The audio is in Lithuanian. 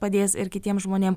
padės ir kitiem žmonėm